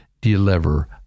deliver